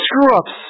screw-ups